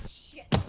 shit!